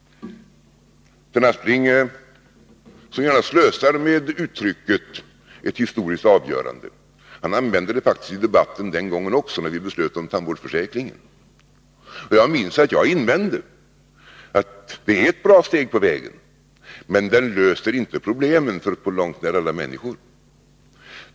Sven Aspling slösar gärna med uttrycket ett historiskt avgörande. Han använde faktiskt det uttrycket i debatten också den gången när vi beslöt om tandvårdsförsäkringen. Jag minns att jag hade invändningar, att det var ett bra steg på vägen men att det inte skulle lösa problemen för på långt när alla människor.